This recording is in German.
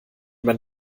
man